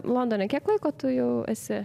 londone kiek laiko tu jau esi